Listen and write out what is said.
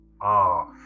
off